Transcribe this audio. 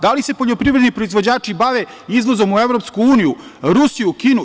Da li se poljoprivredni proizvođači bave izvozom u EU, Rusiju ili Kinu?